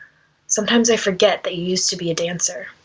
sometimes i forget that you used to be a dancer.